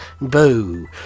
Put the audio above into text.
boo